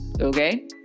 Okay